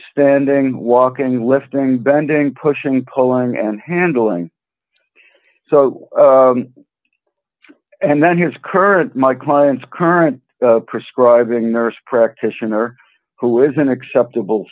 standing walking lifting bending pushing pulling and handling so and then his current my client's current prescribing nurse practitioner who is an acceptable